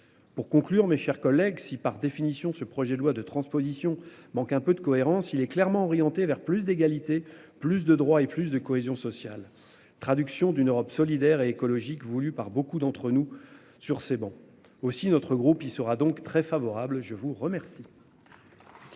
Pour conclure, mes chers collègues si par définition ce projet de loi de transposition manque un peu de cohérence il est clairement orienté vers plus d'égalité, plus de droits et plus de cohésion sociale. Traduction d'une Europe solidaire et écologique voulue par beaucoup d'entre nous sur ces bancs aussi notre groupe, il sera donc très favorable, je vous remercie.